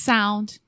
Sound